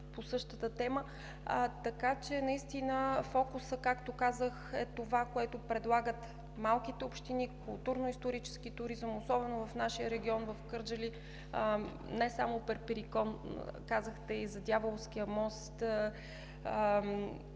по същата тема. Наистина, както казах, фокусът е в това, което предлагат малките общини: културно-исторически туризъм, особено в нашия регион в Кърджали – не е само Перперикон, казахте и за Дяволския мост.